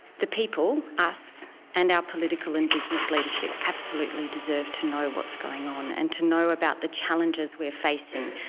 the people us and our political and business leadership absolutely deserve to know what's going on and to know about the challenges we are facing,